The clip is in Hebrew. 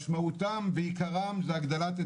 שמשפיעות לשנים על גבי שנים על מרקם עיר,